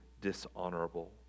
dishonorable